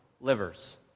livers